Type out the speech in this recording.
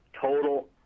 total